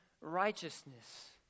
righteousness